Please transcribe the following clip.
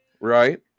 Right